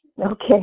Okay